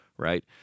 right